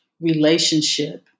relationship